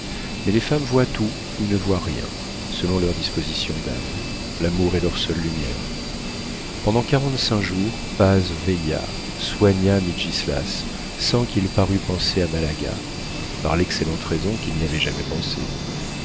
mais les femmes voient tout ou ne voient rien selon leurs dispositions d'âme l'amour est leur seule lumière pendant quarante-cinq jours paz veilla soigna mitgislas sans qu'il parût penser à malaga par l'excellente raison qu'il n'y avait jamais pensé